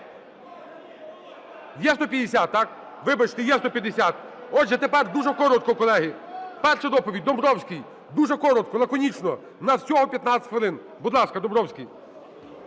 Є 150, так? Вибачте, є 150. Отже, тепер дуже коротко колеги. Перша доповідь – Домбровський. Дуже коротко, лаконічно, у нас всього 15 хвилин. Будь ласка, Домбровський.